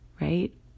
right